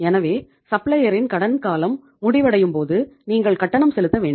எனவே சப்ளையரின் கடன் காலம் முடிவடையும் போது நீங்கள் கட்டணம் செலுத்த வேண்டும்